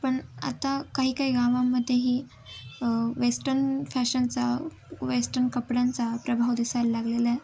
पण आता काही काही गावामध्येही वेस्टन फॅशनचा वेस्टन कपड्यांचा प्रभाव दिसायल लागलेला आहे